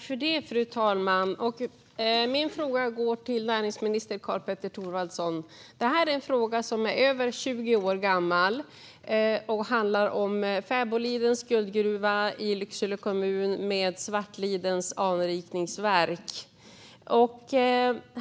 Fru talman! Min fråga går till näringsminister Karl-Petter Thorwaldsson. Det gäller en fråga som är över 20 år gammal. Det handlar om Fäbolidens guldgruva i Lycksele kommun och anrikningsverket i Svartliden.